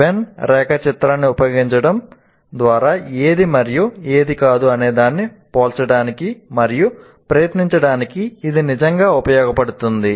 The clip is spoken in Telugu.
వెన్ రేఖాచిత్రాన్ని ఉపయోగించడం ద్వారా ఏది మరియు ఏది కాదు అనేదాన్ని పోల్చడానికి మరియు ప్రయత్నించడానికి ఇది నిజంగా ఉపయోగించబడుతుంది